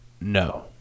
no